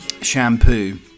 shampoo